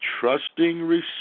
trusting